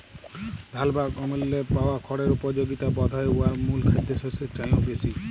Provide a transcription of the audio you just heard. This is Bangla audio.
ধাল বা গমেল্লে পাওয়া খড়ের উপযগিতা বধহয় উয়ার মূল খাদ্যশস্যের চাঁয়েও বেশি